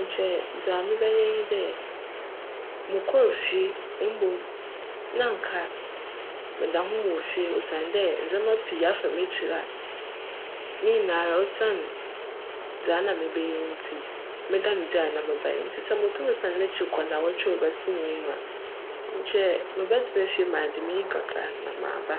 nkyj dza mebjyj nye dj, mokcr fie na mbom nna anka meda ho mowc fie osiandj ndzjmba pii afa m'ekyir a ne nyinara osian dza nna merebjyj ntsi medanee gyae. Ntsi sj mutum kc ndaawctwe a cbjsinee no mu a, nkyj mebjtsena fie agye m'enyi kakra ana maaba.